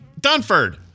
Dunford